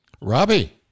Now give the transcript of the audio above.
Robbie